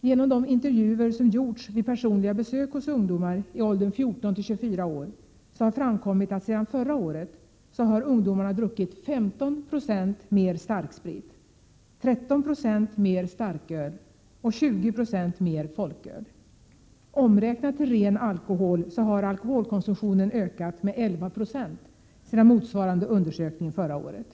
Genom de intervjuer som gjorts vid personliga besök hos ungdomar i åldern 14 till 24 år har det framkommit att sedan förra året har ungdomarna druckit 15 96 mer starksprit, 13 20 mer starköl och 20 96 mer folköl. Omräknat till ren alkohol har alkoholkonsumtionen ökat med 11 96 sedan motsvarande undersökning gjordes förra året.